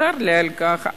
וצר לי על כך,